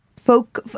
folk